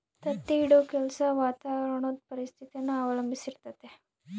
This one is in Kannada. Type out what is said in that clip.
ತತ್ತಿ ಇಡೋ ಕೆಲ್ಸ ವಾತಾವರಣುದ್ ಪರಿಸ್ಥಿತಿನ ಅವಲಂಬಿಸಿರ್ತತೆ